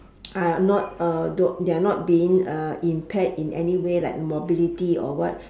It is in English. not don't they're not being impaired in anyway like mobility or what